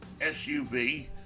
SUV